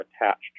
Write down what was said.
attached